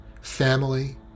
family